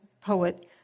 poet